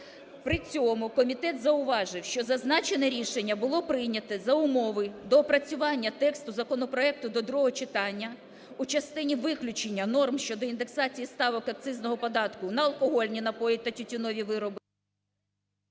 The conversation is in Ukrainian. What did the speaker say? При цьому комітет зауважив, що зазначене рішення було прийняте за умови доопрацювання тексту законопроекту до другого читання у частині виключення норм щодо індексації ставок акцизного податку на алкогольні напої та тютюнові вироби…